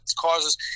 causes